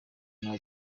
nta